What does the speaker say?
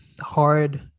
hard